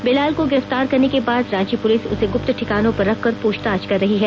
बेलाल को गिरफ्तार करने के बाद रांची पूलिस उसे गृप्त ठिकानों पर रखकर पूछताछ कर रही है